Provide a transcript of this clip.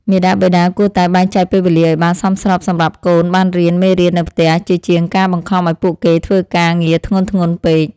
មាតាបិតាគួរតែបែងចែកពេលវេលាឱ្យបានសមស្របសម្រាប់កូនបានរៀនមេរៀននៅផ្ទះជាជាងការបង្ខំឱ្យពួកគេធ្វើការងារធ្ងន់ៗពេក។